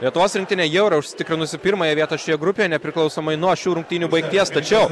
lietuvos rinktinė jau yra užsitikrinusi pirmąją vietą šioje grupėje nepriklausomai nuo šių rungtynių baigties tačiau